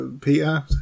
peter